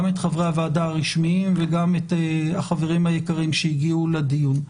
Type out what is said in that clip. גם את חברי הוועדה הרשמיים וגם את החברים היקרים שהגיעו לדיון.